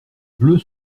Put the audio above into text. bleus